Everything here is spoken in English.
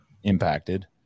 impacted